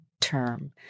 term